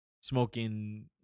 smoking